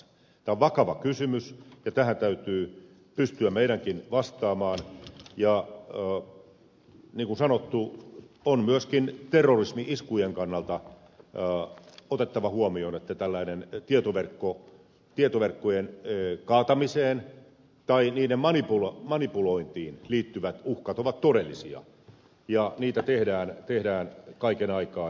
tämä on vakava kysymys ja tähän täytyy pystyä meidänkin vastaamaan ja niin kuin sanottu on myöskin terrorismi iskujen kannalta otettava huomioon että tällaiset tietoverkkojen kaatamiseen tai niiden manipulointiin liittyvät uhkat ovat todellisia ja niitä tehdään kaiken aikaa